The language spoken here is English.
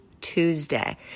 Tuesday